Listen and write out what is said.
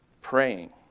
Praying